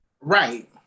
Right